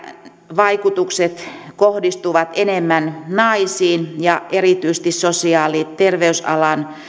vaikutukset kohdistuvat enemmän naisiin ja erityisesti sosiaali ja terveysalan